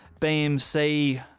BMC